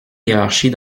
hiérarchie